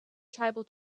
tribal